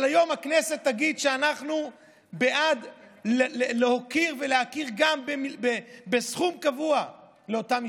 אבל היום הכנסת תגיד שאנחנו בעד להוקיר ולהכיר בסכום קבוע לאותן משפחות.